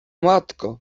matko